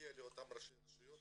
להגיע לראשי הרשויות